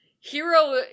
Hero